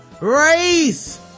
race